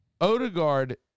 Odegaard